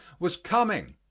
was coming,